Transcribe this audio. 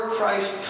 Christ